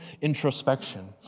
introspection